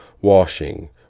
washing